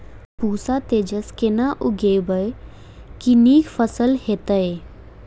पूसा तेजस केना उगैबे की नीक फसल हेतइ?